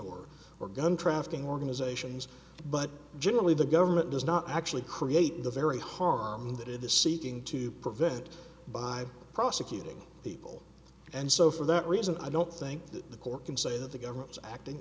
or or gun trafficking organizations but generally the government does not actually create the very harm that it is seeking to prevent by prosecuting people and so for that reason i don't think that the court can say that the government is acting